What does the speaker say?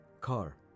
car